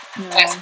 ya